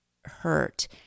hurt